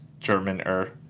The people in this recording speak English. Germaner